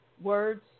words